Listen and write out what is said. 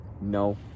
No